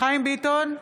חיים ביטון,